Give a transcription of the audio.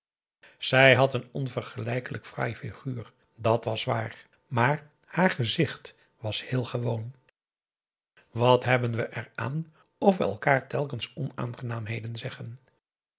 zij had een onvergelijkelijk fraai figuur dàt was waar maar haar gezicht was heel gewoon wat hebben we eraan of we elkaar telkens onaangenaamheden zeggen